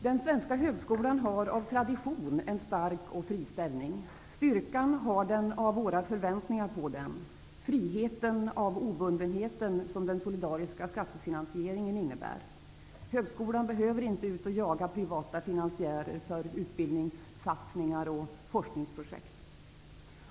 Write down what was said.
Den svenska högskolan har av tradition en stark och fri ställning. Styrkan har den fått av våra förväntningar på den, friheten av den obundenhet som den solidariska skattefinansieringen innebär. Högskolan behöver inte gå ut och jaga privata finansiärer för utbildningssatsningar och forskningsprojekt.